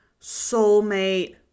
soulmate